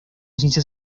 ciencias